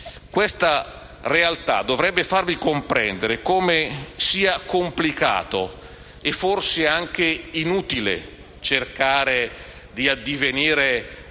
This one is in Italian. Questa realtà dovrebbe farvi comprendere come sia complicato, e forse anche inutile, cercare di addivenire